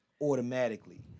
automatically